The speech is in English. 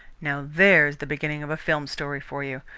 now there's the beginning of a film story for you!